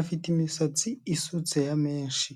afite imisatsi isutse ya menshi.